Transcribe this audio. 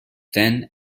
then